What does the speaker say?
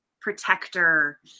protector